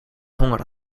honger